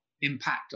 impact